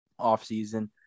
offseason